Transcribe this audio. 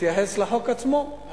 אתייחס לחוק עצמו,